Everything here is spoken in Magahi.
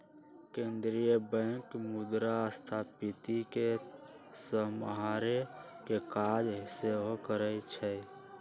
केंद्रीय बैंक मुद्रास्फीति के सम्हारे के काज सेहो करइ छइ